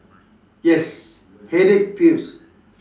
yes headache pills